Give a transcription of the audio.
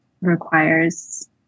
requires